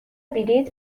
بلیط